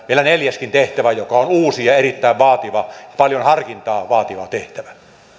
vielä neljäskin tehtävä joka on uusi ja erittäin vaativa paljon harkintaa vaativa tehtävä